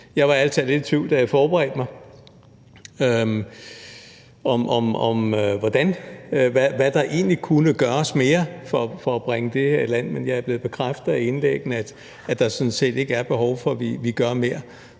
Jeg var ærlig talt lidt i tvivl, da jeg forberedte mig, om, hvad der egentlig kunne gøres mere for at bringe det her i land, men jeg er blevet bekræftet af indlæggene, med hensyn til at der sådan set ikke er behov for, at vi gør mere.